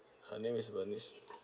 her name is bernice